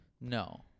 No